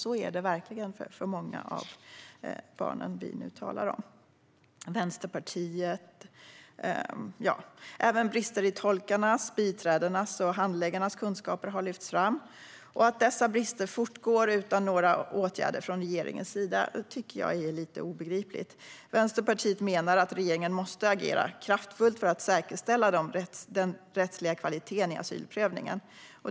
Så är det också för många av de barn som vi nu talar om. Även brister i tolkarnas, biträdenas och handläggarnas kunskaper har lyfts fram. Att dessa brister fortgår utan några åtgärder från regeringens sida är obegripligt. Vänsterpartiet menar att regeringen måste agera kraftfullt för att säkerställa den rättsliga kvaliteten i asylprövningen.